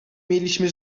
mieliśmy